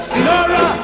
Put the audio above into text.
Sinora